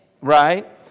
right